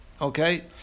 okay